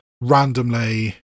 randomly